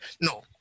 No